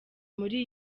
muri